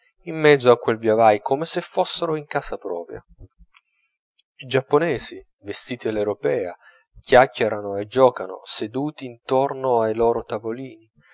in mezzo a quel via vai come se fossero in casa propria i giapponesi vestiti all'europea chiaccherano rano e giocano seduti intorno ai loro tavolini